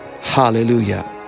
Hallelujah